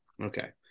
okay